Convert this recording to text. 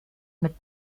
mit